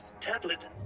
Tablet